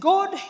God